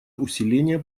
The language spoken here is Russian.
усиления